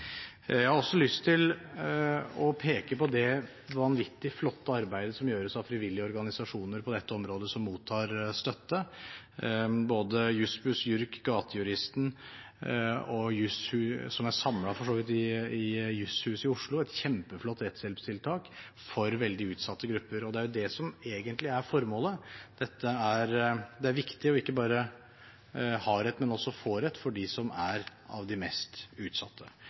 Jeg har også lyst til å peke på det vanvittig flotte arbeidet som gjøres av frivillige organisasjoner på dette området, som mottar støtte, både Juss-Buss, JURK og Gatejuristen. De er samlet i Jusshuset i Oslo og har kjempeflotte rettshjelpstiltak for veldig utsatte grupper. Og det er jo det som egentlig er formålet. Det er viktig ikke bare å ha rett, men også å få rett for dem som tilhører de mest utsatte.